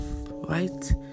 right